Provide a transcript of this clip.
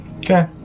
Okay